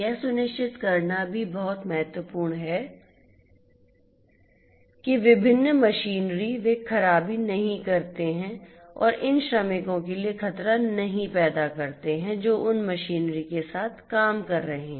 यह सुनिश्चित करना भी बहुत महत्वपूर्ण है कि ये विभिन्न मशीनरी वे खराबी नहीं करते हैं और उन श्रमिकों के लिए खतरा नहीं पैदा करते हैं जो उन मशीनरी के साथ काम कर रहे हैं